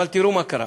אבל תראו מה קרה.